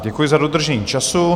Děkuji za dodržení času.